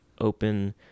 open